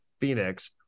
Phoenix